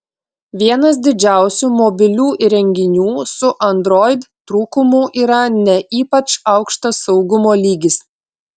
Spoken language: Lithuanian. vienas didžiausių mobilių įrenginių su android trūkumų yra ne ypač aukštas saugumo lygis